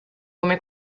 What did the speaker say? come